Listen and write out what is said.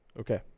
Okay